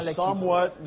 somewhat